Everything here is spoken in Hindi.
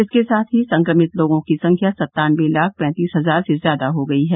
इसके साथ ही संक्रमित लोगों की संख्या सत्तानबे लाख पैंतीस हजार से ज्यादा हो गई है